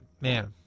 man